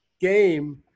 game